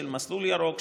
של מסלול ירוק,